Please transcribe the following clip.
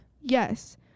Yes